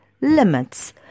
limits